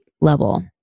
level